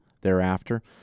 thereafter